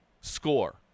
score